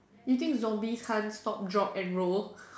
you think zombies can't stop drop and roll